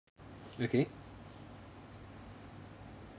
okay